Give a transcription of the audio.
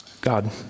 God